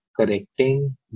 correcting